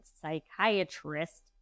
psychiatrist